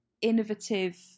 innovative